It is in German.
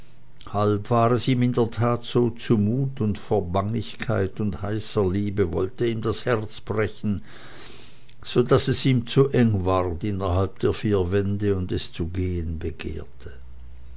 war es ihm in der tat so zu mut und vor bangigkeit und heißer liebe wollte ihm das herz brechen so daß es ihm zu eng ward innerhalb der vier wände und es zu gehen begehrte